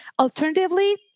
Alternatively